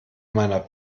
meiner